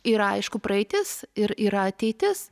ir aišku praeitis ir yra ateitis